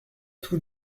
tout